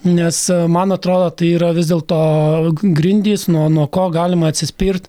nes man atrodo tai yra vis dėlto grindys nuo nuo ko galima atsispirt